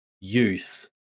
youth